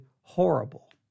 horrible